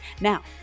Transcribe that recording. now